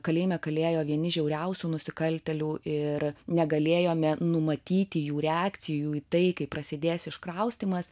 kalėjime kalėjo vieni žiauriausių nusikaltėlių ir negalėjome numatyti jų reakcijų į tai kaip prasidės iškraustymas